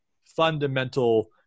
fundamental